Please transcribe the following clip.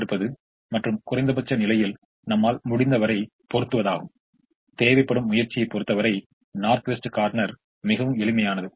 இப்போது v2 ஐ கொண்டு பூர்த்தி செய்யும் பொழுது இங்கே ஒரு ஒதுக்கீடு உள்ளது எனவே u2 v2 3 u2 6 3